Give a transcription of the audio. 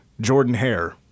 Jordan-Hare